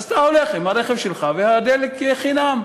אז אתה הולך עם הרכב שלך, והדלק יהיה חינם.